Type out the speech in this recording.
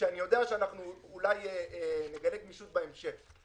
בוועדה כשאני יודע שאולי נגלה גמישות בהמשך.